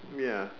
ya